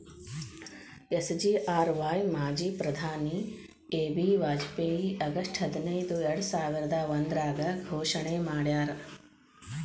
SGRY ಮಾಜಿ ಪ್ರಧಾನಿ A B Vajpayee August ಹದಿನೈದು ಎರ್ಡಸಾವಿರದ ಒಂದ್ರಾಗ ಘೋಷಣೆ ಮಾಡ್ಯಾರ